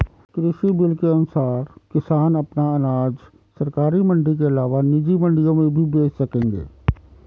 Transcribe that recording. कृषि बिल के अनुसार किसान अपना अनाज सरकारी मंडी के अलावा निजी मंडियों में भी बेच सकेंगे